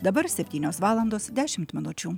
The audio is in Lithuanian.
dabar septynios valandos dešimt minučių